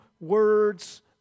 words